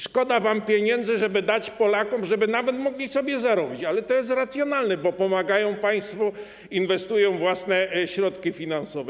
Szkoda wam pieniędzy, żeby dać Polakom, żeby nawet mogli sobie zarobić, ale to jest racjonalne, bo pomagają państwu, inwestują własne środki finansowe.